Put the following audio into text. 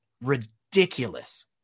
ridiculous